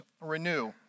Renew